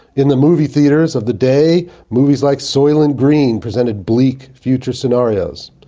in the movie theaters of the day movies like soylent green presented bleak future scenarios.